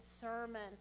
sermon